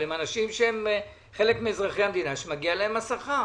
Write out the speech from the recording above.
אבל הם אנשים שהם חלק מאזרחי המדינה שמגיע להם השכר.